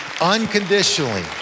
unconditionally